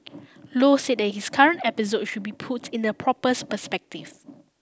low said that this current episode should be put in the proper perspective